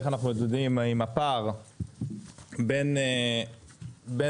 איך אנחנו מתמודדים עם הפער בין הרבה